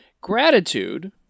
gratitude